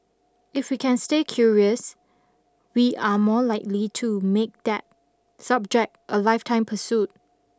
if we can stay curious we are more likely to make that subject a lifetime pursuit